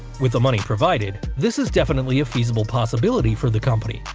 with the money provided, this is definitely a feasible possibility for the company,